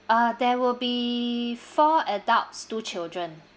uh there will be four adults two children